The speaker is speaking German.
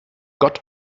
gott